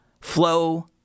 flow